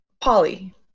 Polly